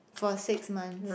for six months